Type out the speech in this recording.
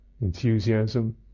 enthusiasm